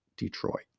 Detroit